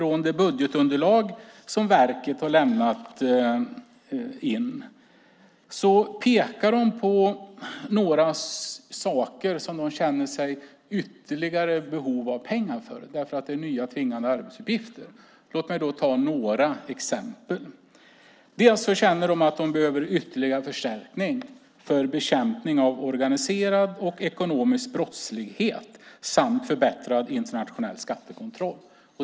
I det budgetunderlag som verket lämnat in pekar man på några saker där man känner behov av ytterligare pengar eftersom det är nya tvingande arbetsuppgifter. Låt mig ta några exempel. Man känner att man behöver ytterligare förstärkning för bekämpning av organiserad och ekonomisk brottslighet och för förbättrad internationell skattekontroll.